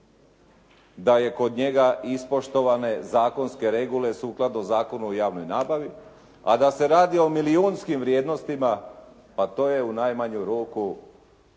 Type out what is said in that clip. da su kod njega ispoštovane zakonske regule sukladno Zakonu o javnoj nabavi, a da se radi o milijunskim vrijednostima, pa to je u najmanju ruku